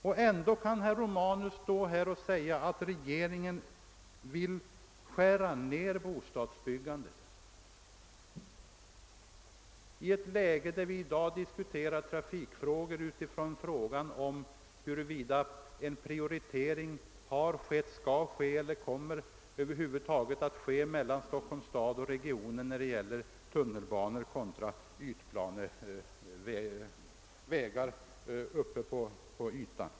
Men ändå kan herr Romanus stå här och säga att regeringen vill skära ner bostadsbyggandet — i ett läge där vi diskuterar trafikfrågorna utifrån frågan huruvida en prioritering har skett eller över huvud taget kommer att ske mellan Stockholms stad och regionen i vad gäller tunnelbanor kontra gator och vägar.